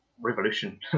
revolution